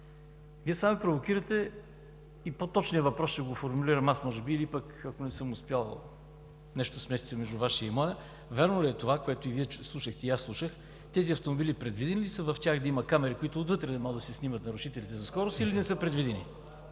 Вие сега ме провокирате и може би аз ще формулирам по-точния въпрос или пък, ако не съм успял, нещо, което е смесица между Вашия и моя – вярно ли е това, което и Вие слушахте, и аз слушах, тези автомобили предвидени ли са в тях да има камери, които отвътре могат да си снимат нарушителите за скорост, или не са предвидени?